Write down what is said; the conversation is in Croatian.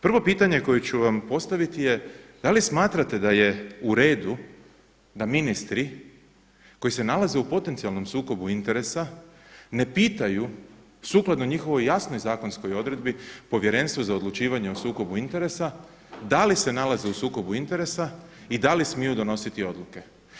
Prvo pitanje koje ću vam postaviti je da li smatrate da je u redu da ministri koji se nalaze u potencijalnom sukobu interesa ne pitaju sukladno njihovoj jasnoj zakonskoj odredbi Povjerenstvo o odlučivanju o sukobu interesa da li se nalaze u sukobu interesa i dali smiju donositi odluke.